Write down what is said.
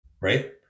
Right